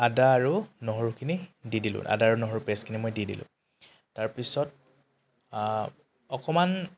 আদা আৰু নহৰুখিনি দি দিলোঁ আদা আৰু নহৰু পেষ্টখিনি মই দি দিলোঁ তাৰপিছত অকণমান